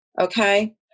Okay